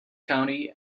county